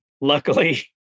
luckily